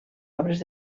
obres